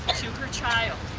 ah to her child.